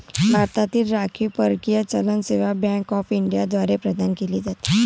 भारतातील राखीव परकीय चलन सेवा बँक ऑफ इंडिया द्वारे प्रदान केले जाते